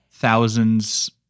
Thousands